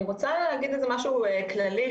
אני רוצה להגיד איזה משהו כללי,